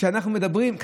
על שלושה.